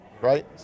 Right